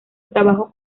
trabajo